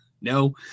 no